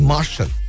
Marshall